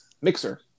Mixer